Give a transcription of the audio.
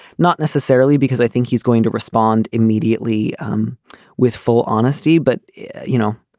not necessarily because i think he's going to respond immediately um with full honesty but you know